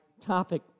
topic